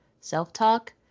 self-talk